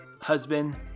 husband